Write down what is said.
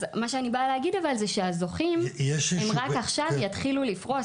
מה שאני באה להגיד זה שהזוכים הם רק עכשיו יתחילו לפרוס.